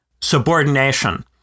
subordination